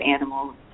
animals